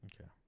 okay